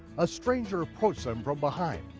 a stranger approached them from behind.